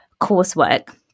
coursework